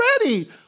already